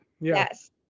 Yes